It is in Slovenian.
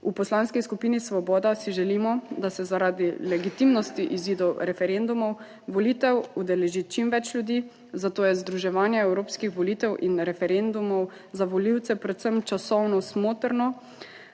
V Poslanski skupini Svoboda si želimo, da se zaradi legitimnosti izidov referendumov volitev udeleži čim več ljudi, zato je združevanje evropskih volitev in referendumov za volivce predvsem časovno smotrno.